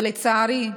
אבל לצערי,